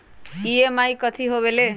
EMI कथी होवेले?